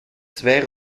zwei